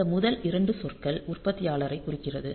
இந்த முதல் 2 சொற்கள் உற்பத்தியாளரரை குறிக்கிறது